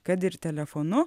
kad ir telefonu